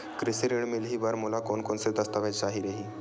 कृषि ऋण मिलही बर मोला कोन कोन स दस्तावेज चाही रही?